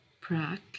Prague